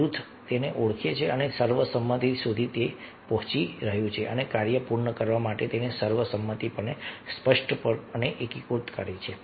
જૂથ ઓળખે છે કે તે સર્વસંમતિ સુધી પહોંચી રહ્યું છે અને કાર્ય પૂર્ણ કરવા માટે તે સર્વસંમતિને સ્પષ્ટપણે એકીકૃત કરે છે